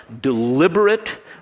deliberate